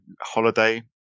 Holiday